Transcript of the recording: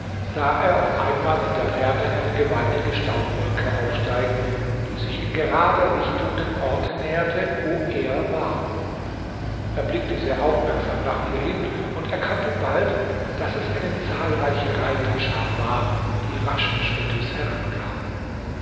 sah er auf einmal in der ferne eine gewaltige staubwolke aufsteigen die sich in gerader richtung dem orte näherte wo er war er blickte sehr aufmerksam nach ihr hin und erkannte bald daß es eine zahlreiche reiterschar war die raschen schrittes herankam